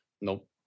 Nope